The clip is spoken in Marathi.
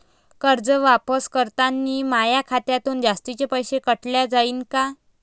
कर्ज वापस करतांनी माया खात्यातून जास्तीचे पैसे काटल्या जाईन का?